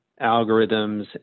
algorithms